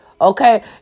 Okay